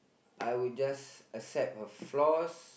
I would just accept her flaws